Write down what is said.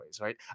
right